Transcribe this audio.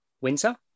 winter